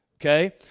okay